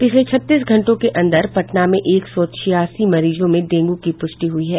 पिछले छत्तीस घंटों के अंदर पटना में एक सौ छियासी मरीजों में डेंगू की पुष्टि हुई है